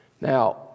Now